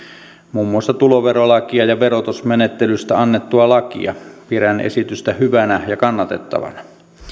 muun muassa tuloverolakia ja verotusmenettelystä annettua lakia pidän esitystä hyvänä ja kannatettavana